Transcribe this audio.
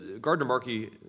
Gardner-Markey